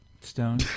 Stone